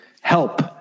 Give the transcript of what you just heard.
help